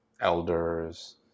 elders